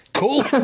Cool